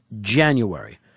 January